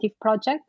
project